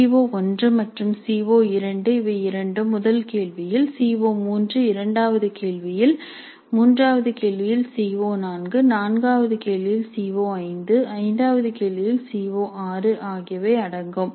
C O one மற்றும் C O two இவை இரண்டும் முதல் கேள்வியில் சி ஓ3 இரண்டாவது கேள்வியில் மூன்றாவது கேள்வியில் சி ஓ4 நான்காவது கேள்வியில் CO5 ஐந்தாவது கேள்வியில் சி ஓ6 ஆகியவை அடங்கும்